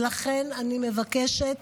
ולכן אני מבקשת